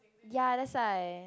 ya that's why